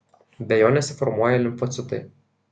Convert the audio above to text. be jo nesiformuoja limfocitai